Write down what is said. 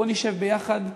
בוא נשב ביחד,